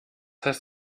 heißt